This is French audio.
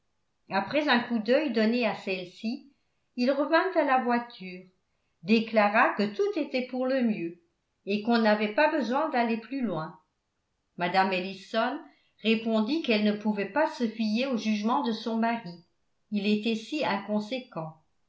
après un coup d'œil donné à celles-ci il revint à la voiture déclara que tout était pour le mieux et qu'on n'avait pas besoin d'aller plus loin mme ellison répondit qu'elle ne pouvait pas se fier au jugement de son mari il était si inconséquent